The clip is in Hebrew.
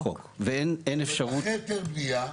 ואין אפשרות --- אחרי היתר בנייה.